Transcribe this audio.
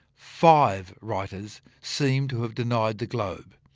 five writers seem to have denied the globe,